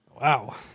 Wow